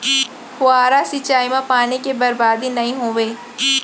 फवारा सिंचई म पानी के बरबादी नइ होवय